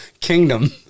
Kingdom